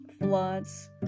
floods